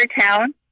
town